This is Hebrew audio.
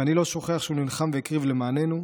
ואני לא שוכח שהוא נלחם והקריב למעננו.